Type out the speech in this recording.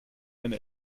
eine